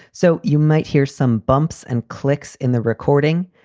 so you might hear some bumps and clicks in the recording.